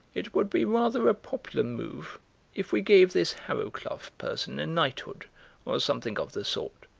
it would be rather a popular move if we gave this harrowcluff person a knighthood or something of the sort,